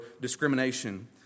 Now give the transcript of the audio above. discrimination